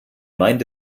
meint